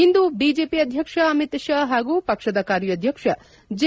ಇಂದು BJP ಅಧ್ಯಕ್ಷ ಅಮಿತ್ ಶಾ ಹಾಗೂ ಪಕ್ಷದ ಕಾರ್ಯಾಧ್ಯಕ್ಷ ಜೆ